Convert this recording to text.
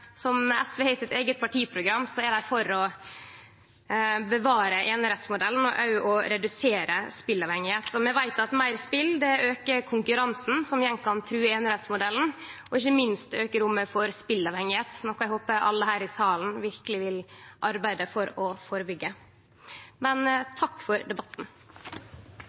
å bevare einerettsmodellen og å redusere spelavhengigheit. Vi veit at meir spel aukar konkurransen, som igjen kan true einerettsmodellen og ikkje minst auke rommet for spelavhengigheit, noko eg håpar at alle her i salen verkeleg vil arbeide for å førebyggje. Takk for debatten.